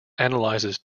analyzes